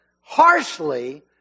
harshly